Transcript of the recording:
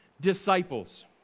disciples